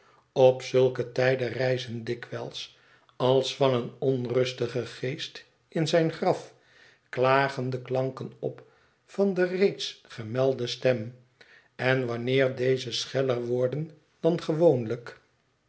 op zulke tijden rijzen dikwijls als van een onrustigen geest in zijn graf klagende klanken op van de reeds gemelde stem en wanneer deze scheller worden dan gewoonlijk